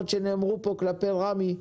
נאמרו פה האשמות כלפי רמ"י,